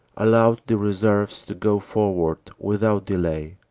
allowed the reserves to go forward without delay.